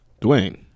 Dwayne